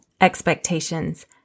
expectations